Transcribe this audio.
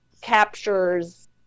captures